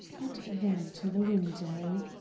and then to the window.